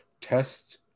test